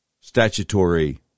statutory